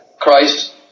Christ